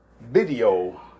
video